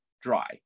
dry